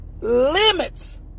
Limits